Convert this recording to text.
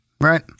right